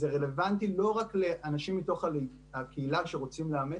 וזה רלוונטי לא רק לאנשים מתוך הקהילה שרוצים לאמץ,